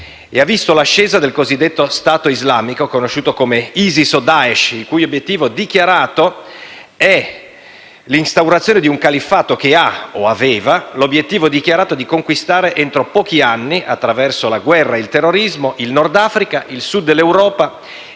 e ha visto l'ascesa del cosiddetto "stato islamico", conosciuto come ISIS o Daesh, il cui obiettivo dichiarato è l'instaurazione di un califfato che ha, o aveva, l'obiettivo dichiarato di conquistare entro pochi anni - attraverso la guerra e il terrorismo - il Nord Africa, il Sud dell'Europa